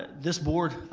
this board,